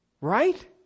Right